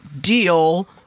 Deal